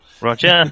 Roger